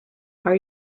are